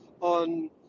on